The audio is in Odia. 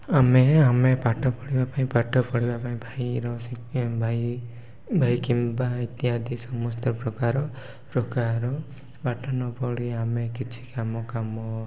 ଆମେ ଆମେ ପାଠ ପଢ଼ିବା ପାଇଁ ପାଠ ପଢ଼ିବା ପାଇଁ ଭାଇର ଭାଇ କିମ୍ବା ଇତ୍ୟାଦି ସମସ୍ତ ପ୍ରକାର ପାଠ ନ ପଢ଼ି ଆମେ କିଛି କାମ